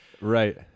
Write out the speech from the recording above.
Right